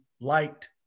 liked